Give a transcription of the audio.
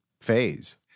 phase